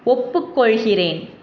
ஒப்புக் கொள்கிறேன்